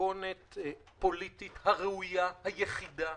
במתכונת הפוליטית הראויה היחידה